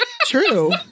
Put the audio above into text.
True